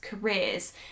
careers